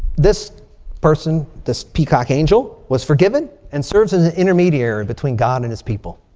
this person, this peacock angel, was forgiven and serves as an intermediary between god and his people.